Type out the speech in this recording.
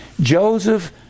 Joseph